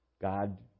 God